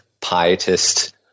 pietist